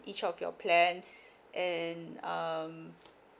each of your plans and um